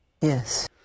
Yes